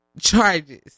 Charges